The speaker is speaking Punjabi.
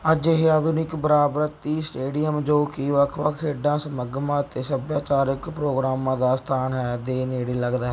ਅੱਜ ਇਹ ਆਧੁਨਿਕ ਬਾਰਾਬਤੀ ਸਟੇਡੀਅਮ ਜੋ ਕਿ ਵੱਖ ਵੱਖ ਖੇਡ ਸਮਾਗਮਾਂ ਅਤੇ ਸੱਭਿਆਚਾਰਕ ਪ੍ਰੋਗਰਾਮਾਂ ਦਾ ਸਥਾਨ ਹੈ ਦੇ ਨੇੜੇ ਲੱਗਦਾ ਹੈ